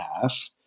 half